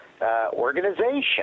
organization